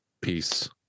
Peace